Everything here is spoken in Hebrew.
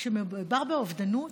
כשמדובר באובדנות,